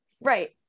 right